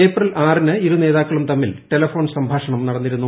April ആറിന് ഇരുനേതാക്കളും തമ്മിൽ ടെലഫോൺ സംഭാഷണം നടന്നിരുന്നു